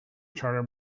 charter